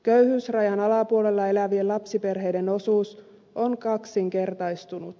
köyhyysrajan alapuolella elävien lapsiperheiden osuus on kaksinkertaistunut